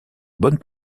bonne